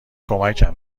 کمکم